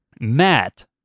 Matt